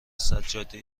سجاده